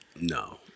No